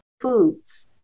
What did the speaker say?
foods